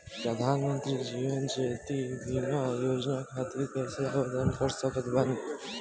प्रधानमंत्री जीवन ज्योति बीमा योजना खातिर कैसे आवेदन कर सकत बानी?